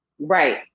Right